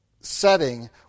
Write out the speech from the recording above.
setting